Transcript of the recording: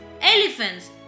elephants